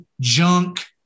junk